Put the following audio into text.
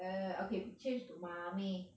err okay change to mummy